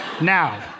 Now